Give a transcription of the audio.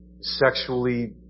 sexually